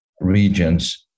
regions